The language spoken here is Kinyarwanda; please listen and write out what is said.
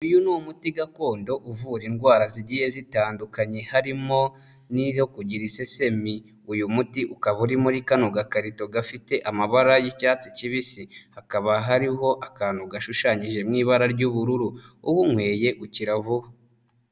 Uyu ni umuti gakondo uvura indwara zigiye zitandukanye harimo n'izo kugira isesemi, uyu muti ukaba uri muri kano gakarito gafite amabara y'icyatsi kibisi, hakaba hariho akantu gashushanyije mu ibara ry'ubururu, uwunyweye ukira vuba.